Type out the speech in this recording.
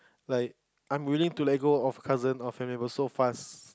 like I'm willing to let go of cousin or family member so fast